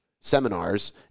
seminars